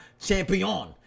Champion